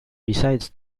besides